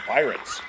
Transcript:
Pirates